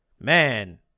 man